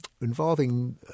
involving